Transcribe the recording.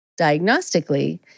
diagnostically